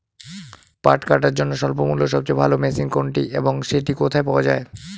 পাট কাটার জন্য স্বল্পমূল্যে সবচেয়ে ভালো মেশিন কোনটি এবং সেটি কোথায় পাওয়া য়ায়?